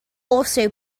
also